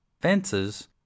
fences